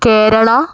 Kerala